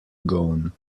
gown